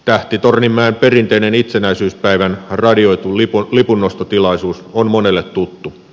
tähtitorninmäen perinteinen itsenäisyyspäivän radioitu lipunnostotilaisuus on monelle tuttu